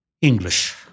English